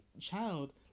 child